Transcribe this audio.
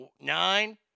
nine